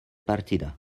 partida